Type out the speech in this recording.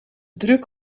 druk